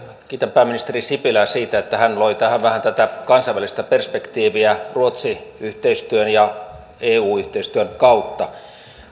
kiitän pääministeri sipilää siitä että hän loi tähän vähän tätä kansainvälistä perspektiiviä ruotsi yhteistyön ja eu yhteistyön kautta